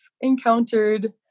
encountered